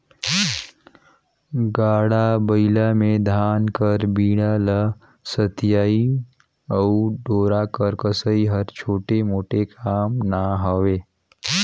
गाड़ा बइला मे धान कर बीड़ा ल सथियई अउ डोरा कर कसई हर छोटे मोटे काम ना हवे